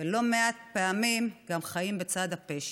ולא מעט פעמים גם חיים בצד הפשע.